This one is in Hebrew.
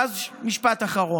משפט אחרון: